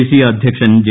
ദേശീയ അധ്യക്ഷൻ ജെ